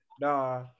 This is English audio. Nah